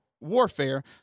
warfare